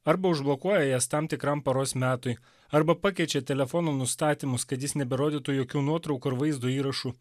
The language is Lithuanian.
arba užblokuoja jas tam tikram paros metui arba pakeičia telefono nustatymus kad jis neberodytų jokių nuotraukų ar vaizdo įrašų